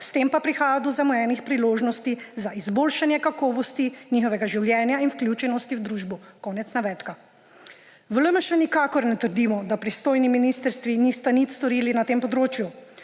s tem pa prihaja do zamujenih priložnosti za izboljšanje kakovosti njihovega življenja in vključenosti v družbi«. Konec navedka. V LMŠ nikakor ne trdimo, da pristojni ministrstvi nista nič storili na tem področju,